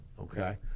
okay